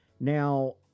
Now